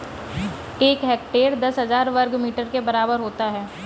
एक हेक्टेयर दस हजार वर्ग मीटर के बराबर होता है